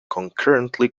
concurrently